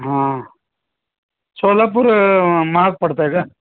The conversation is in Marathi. हां सोलापूर महाग पडत आहे का